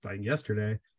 yesterday